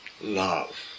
Love